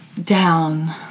Down